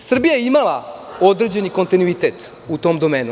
Srbija je imala određeni kontinuitet u tom domenu.